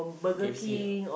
K_F_C ah